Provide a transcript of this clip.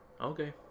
okay